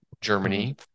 Germany